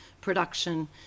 production